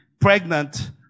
pregnant